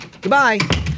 Goodbye